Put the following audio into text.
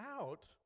out